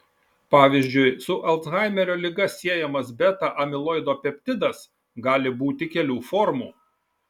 pavyzdžiui su alzhaimerio liga siejamas beta amiloido peptidas gali būti kelių formų